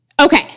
Okay